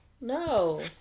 No